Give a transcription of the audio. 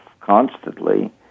constantly